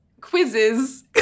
quizzes